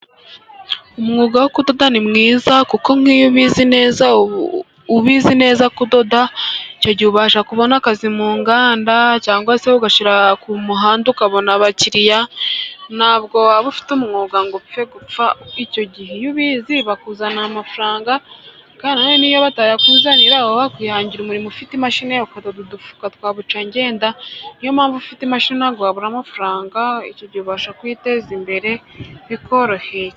Umwuga wo kudoda ni mwiza kuko nk'iyo ubizi neza ubizi neza ko udoda icyo gihe ubasha kubona akazi mu nganda, cyangwa se ugashyira ku muhanda ukabona abakiriya, ntabwo waba ufite umwuga ngo upfe gupfa icyo gihe. Iyo ubizi bakuzanira amafaranga, kandi nayo niyo batayakuzanira wakwihangira umurimo ufite imashini yawe ukadoda udufuka twabucyangenda. Niyo mpamvu ufite imashini wabura amafaranga icyo gihe ubasha kwiteza imbere bikoroheye.